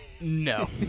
No